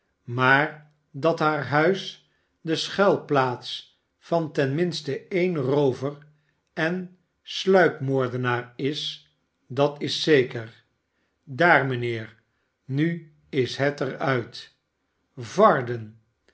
maar dat haar huis de schuilplaats van ten minste e'en roover en sluikmoordenaar is dat is zeker daar mijnheer nu is het er uit varden